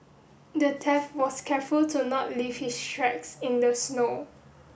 the theft was careful to not leave his tracks in the snow